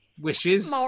wishes